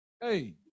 Hey